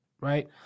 right